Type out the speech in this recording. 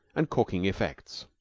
and corking effects.